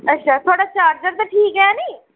अच्छा थुआढ़ा चार्जर ते ठीक ऐ निं